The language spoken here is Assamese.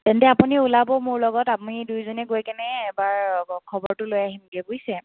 তেন্তে আপুনি ওলাব মোৰ লগত আপুনি দুয়োজনে গৈ কেনে এবাৰ খবৰটো লৈ আহিম দিয়ক বুজিছে